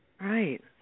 Right